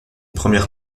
premières